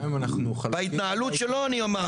גם אנחנו חלוקים עליו --- בהתנהלות שלו אני אמרתי.